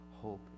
hope